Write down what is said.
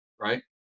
right